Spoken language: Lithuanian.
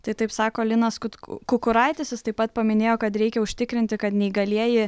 tai taip sako linas kut kukuraitis jis taip pat paminėjo kad reikia užtikrinti kad neįgalieji